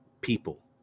people